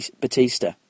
Batista